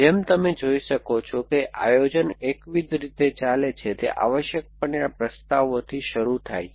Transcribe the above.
જેમ તમે જોઈ શકો છો કે આયોજન એકવિધ રીતે ચાલે છે તે આવશ્યકપણે આ પ્રસ્તાવોથી શરૂ થાય છે